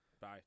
Bye